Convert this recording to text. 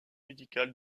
musicale